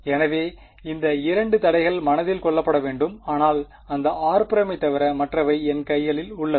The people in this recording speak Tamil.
எனவே இந்த 2 தடைகள் மனதில் கொள்ளப்பட வேண்டும் ஆனால் அந்த r′ தவிர மற்றவை என் கைகளில் உள்ளது